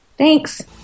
Thanks